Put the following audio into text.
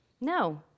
No